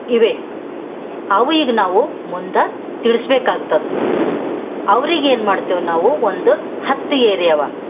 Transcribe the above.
ಇವೆ ಅವು ಈಗ ನಾವು ಮುಂದೆ ತಿಳಿಸಬೇಕಾಗ್ತದ್ ಅವ್ರಿಗೆ ಏನ್ಮಾಡ್ತೇವೆ ನಾವು ಒಂದು ಹತ್ತು ಏರಿಯಾವ